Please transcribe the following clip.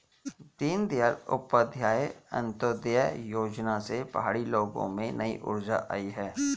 दीनदयाल उपाध्याय अंत्योदय योजना से पहाड़ी लोगों में नई ऊर्जा आई है